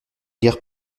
guère